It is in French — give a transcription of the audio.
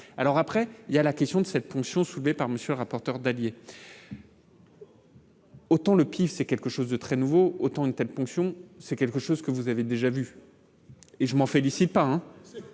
alors après il y a la question de cette ponction soulevée par monsieur rapporteur d'alliés. Autant le pif, c'est quelque chose de très nouveau, autant une telle fonction c'est quelque chose que vous avez déjà vu et je m'en félicite pas,